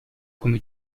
come